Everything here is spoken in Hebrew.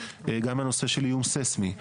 גם הנושא של איום ססמי.